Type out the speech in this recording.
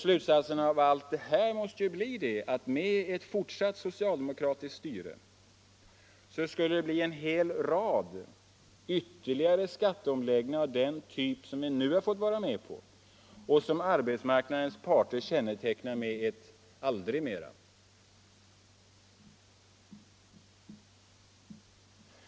Slutsatserna av allt det här måste ju bli att med ett fortsatt socialdemokratiskt styre skulle det bli en hel rad ytterligare skatteomläggningar av den typ som vi nu har fått vara med om och som arbetsmarknadens parter kännetecknar med ett ”aldrig mera”.